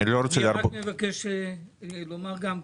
אני מבקש לדבר גם כן.